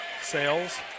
Sales